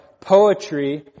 poetry